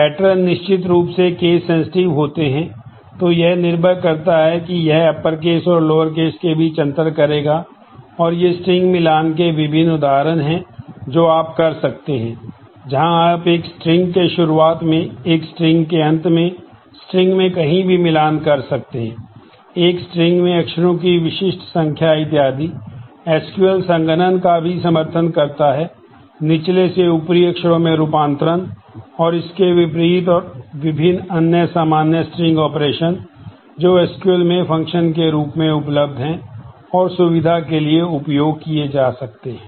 pattern निश्चित रूप से केस सेंसेटिव के रूप में उपलब्ध हैं और सुविधा के लिए उपयोग किए जा सकते हैं